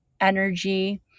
energy